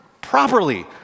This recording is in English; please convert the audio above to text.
properly